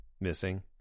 missing